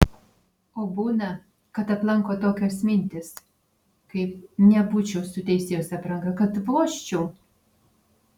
o būna kad aplanko tokios mintys kaip nebūčiau su teisėjos apranga kad vožčiau